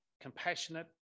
compassionate